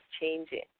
changing